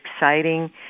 exciting